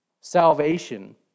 salvation